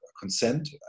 consent